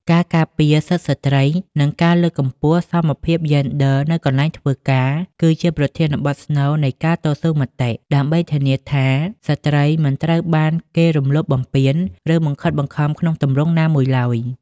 ការការពារសិទ្ធិស្ត្រី និងការលើកកម្ពស់សមភាពយេនឌ័រនៅកន្លែងធ្វើការ គឺជាប្រធានបទស្នូលនៃការតស៊ូមតិ ដើម្បីធានាថាស្រ្តីមិនត្រូវបានគេរំលោភបំពាន ឬបង្ខិតបង្ខំក្នុងទម្រង់ណាមួយឡើយ។